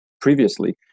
previously